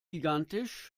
gigantisch